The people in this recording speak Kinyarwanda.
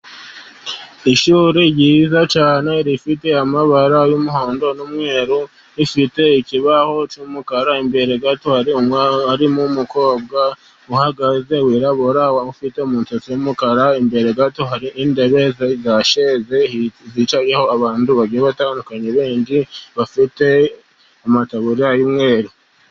Ishuri ryiza cyane rifite amabara y'umuhondo n'umweru, rifite ikibaho cy'umukara, imbere gato hari umukobwa uhagaze wirabura ufite umusatsi w'umukara, imbere gato hari intebe za sheze zicayeho abantu bagiye batandukanye, bafite amataburiya y'umweru.